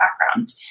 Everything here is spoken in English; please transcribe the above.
background